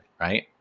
right